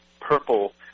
purple